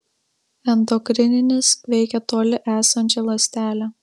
endokrininis veikia toli esančią ląstelę